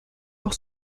leur